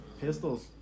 pistols